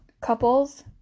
couples